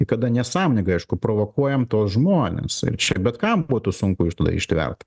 kada nesąmoningai aišku provokuojam tuos žmones čia bet kam būtų sunku tada ištvert